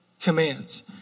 commands